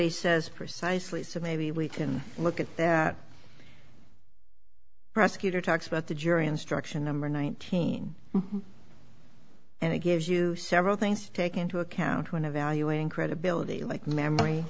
he says precisely so maybe we can look at prosecutor talks about the jury instruction number nineteen and it gives you several things to take into account when evaluating credibility like memory